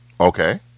Okay